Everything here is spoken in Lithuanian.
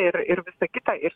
ir ir visa kita ir